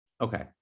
okay